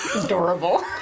adorable